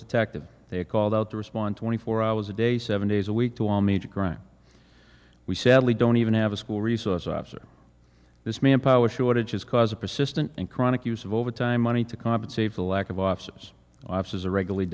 detective they call out to respond twenty four hours a day seven days a week to all major crime we sadly don't even have a school resource officer this manpower shortages cause a persistent and chronic use of overtime money to compensate for lack of office offices are regularly